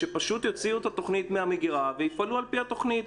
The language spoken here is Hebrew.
שפשוט יוציאו את התוכנית מהמגירה ויפעלו על פי התוכנית.